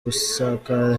gusakara